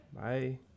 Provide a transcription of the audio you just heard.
Bye